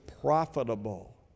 profitable